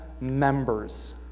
members